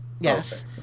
Yes